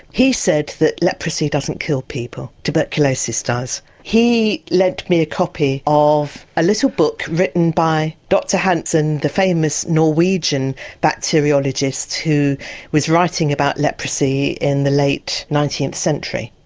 he said that leprosy doesn't kill people, tuberculosis does. he lent me a copy of a little book written by dr hanson the famous norwegian bacteriologist who was writing about leprosy in the late nineteenth century.